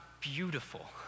beautiful